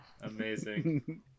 Amazing